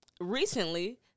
recently